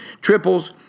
triples